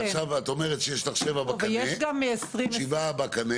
את אומרת עכשיו שיש לך שבעה בקנה.